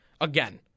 again